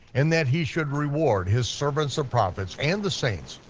and that he should reward his servants and prophets, and the saints,